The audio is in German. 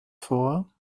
vor